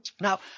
now